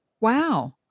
Wow